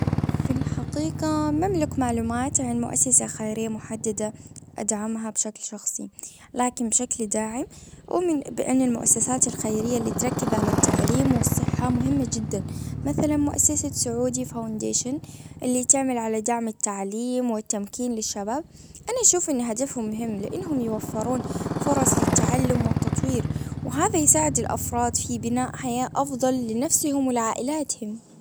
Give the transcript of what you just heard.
في الحقيقة ما أملك معلومات عن مؤسسة خيرية محددة ادعمها بشكل شخصي. لكن بشكل داعم. ومن بان المؤسسات الخيرية اللي تركز على التعليم والصحة مهمة جدا مثلا مؤسسة سعودي فاونديشن اللي تعمل على دعم التعليم والتمكين للشباب انا اشوف أن هدفها مهم لانهم يوفرون فرص للتعلم والتطوير وهذا يساعد الافراد في بناء حياة افضل لنفسهم ولعائلاتهم.